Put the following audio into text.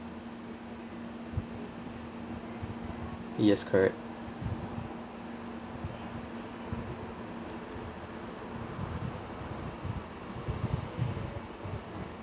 yes correct